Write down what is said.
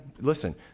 listen